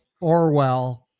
orwell